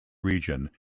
region